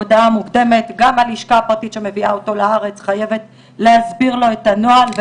גם השלכה שמביאה אותו לארץ חייבת להסביר לו את הנוהל של הודעה מוקדמת,